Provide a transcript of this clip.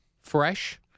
Fresh